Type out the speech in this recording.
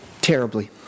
Terribly